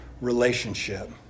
relationship